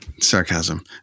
Sarcasm